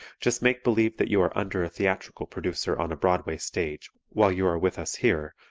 just make believe that you are under a theatrical producer on a broadway stage, while you are with us here,